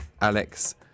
Alex